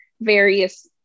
various